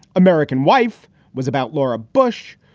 american wife was about laura bush.